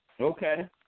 Okay